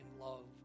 love